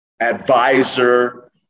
advisor